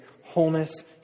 wholeness